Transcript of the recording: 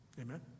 amen